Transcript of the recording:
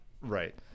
right